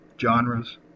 genres